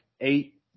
eight